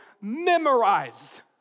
memorized